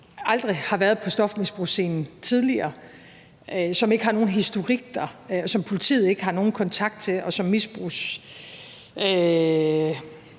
altså har været på stofmisbrugsscenen tidligere, som ikke har nogen historik dér, som politiet ikke har nogen kontakt til, og som dem,